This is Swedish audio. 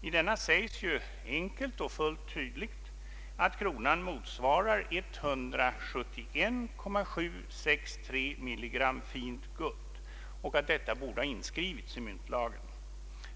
I denna sägs enkelt och fullt tydligt att kronan motsvarar 171,763 milligram fint guld och att detta borde ha inskrivits i myntlagen.